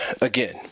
again